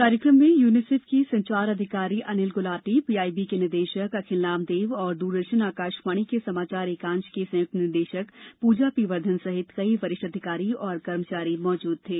कार्यक्रम में यूनिसेफ के संचार अधिकारी अनिल गुलाटी पीआईबी के निदेशक अखिल नामदेव और दूरदर्शन आकाशवाणी के समाचार एकांश की संयुक्त निदेशक पूजा पी वर्धन सहित कई वरिष्ठ अधिकारी और कर्मचारी मौजूद थे